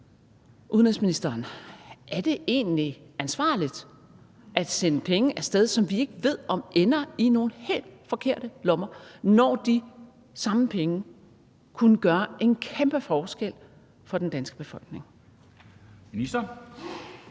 udenrigsministeren: Er det egentlig ansvarligt at sende penge af sted, som vi ikke ved om ender i nogle helt forkerte lommer, når de samme penge kunne gøre en kæmpe forskel for den danske befolkning? Kl.